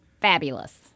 fabulous